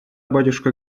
батюшка